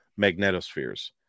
magnetospheres